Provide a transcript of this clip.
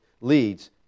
leads